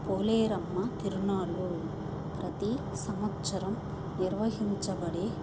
పోలేరమ్మ తిరుణాలు ప్రతీ సంవత్సరం నిర్వహించబడే